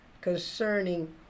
concerning